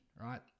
right